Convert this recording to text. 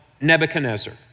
Nebuchadnezzar